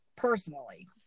personally